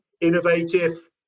innovative